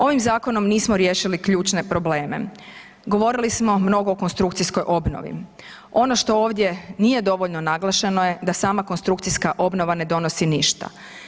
Ovim zakonom nismo riješili ključne probleme, govorili smo mnogo o konstrukcijskoj obnovi, ono što ovdje nije dovoljno naglašeno je da sama konstrukcijska obnova ne donosi ništa.